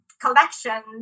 collection